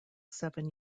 seven